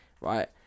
right